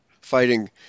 fighting